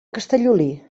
castellolí